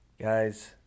Guys